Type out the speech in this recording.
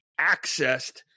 accessed